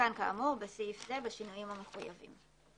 מיתקן כאמור בסעיף זה בשינויים המחויבים.